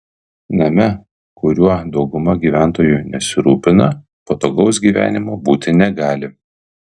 name kuriuo dauguma gyventojų nesirūpina patogaus gyvenimo būti negali